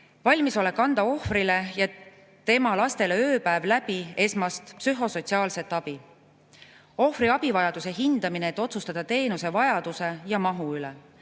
valmisolek anda ohvrile ja tema lastele ööpäev läbi esmast psühhosotsiaalset abi; ohvri abivajaduse hindamine, et otsustada teenuse vajaduse ja mahu üle;